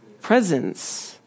presence